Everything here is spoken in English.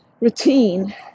routine